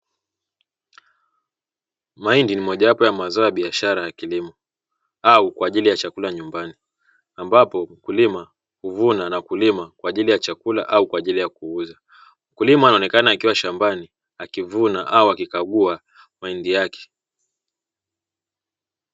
Mihindi ni mojawapo ya mazao ya biashara ya kilimo au kwa ajili ya chakula nyumbani, ambapo kulima kuvuna na kulima kwa ajili ya chakula au kwa ajili ya kuuza, mkulima anaonekana akiwa shambani akivuna au akikagua mahindi yake.